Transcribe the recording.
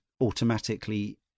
automatically